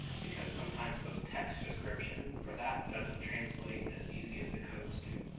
because sometimes those text descriptions for that doesn't translate as easy as the codes do.